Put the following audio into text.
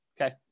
Okay